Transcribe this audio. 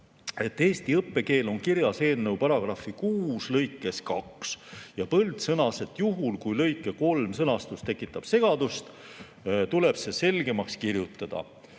eesti õppekeel on kirjas eelnõu § 6 lõikes 2. Põld sõnas, et juhul, kui lõike 3 sõnastus tekitab segadust, siis tuleb see selgemaks kirjutada.